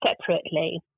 separately